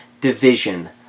division